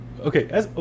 Okay